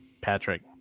Patrick